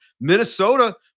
Minnesota